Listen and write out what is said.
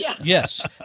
Yes